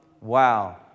Wow